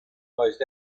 most